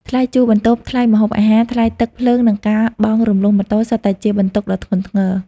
ថ្លៃជួលបន្ទប់ ថ្លៃម្ហូបអាហារ ថ្លៃទឹក ភ្លើង និងការបង់រំលោះម៉ូតូសុទ្ធតែជាបន្ទុកដ៏ធ្ងន់ធ្ងរ។